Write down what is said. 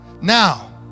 Now